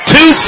Two